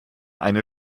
eine